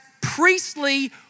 priestly